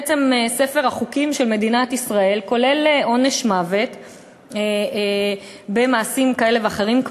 בעצם ספר החוקים של מדינת ישראל כולל עונש מוות במעשים כאלה ואחרים,